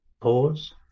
pause